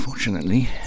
Unfortunately